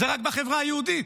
זה רק בחברה היהודית.